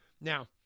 Now